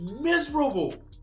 miserable